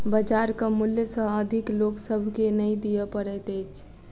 बजारक मूल्य सॅ अधिक लोक सभ के नै दिअ पड़ैत अछि